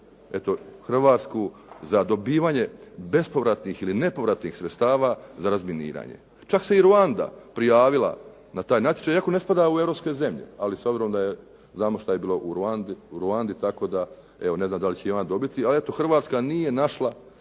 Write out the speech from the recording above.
eto Hrvatsku za dobivanje bespovratnih ili nepovratnih sredstava za razminiranje. Čak se i Ruanda prijavila na taj natječaj iako ne spada u europske zemlje ali s obzirom da znamo što je bilo u Ruandi tako da ne znam da li će i ona dobiti, ali eto Hrvatska nije našla